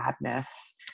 madness